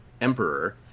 emperor